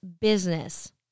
business